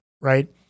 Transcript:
right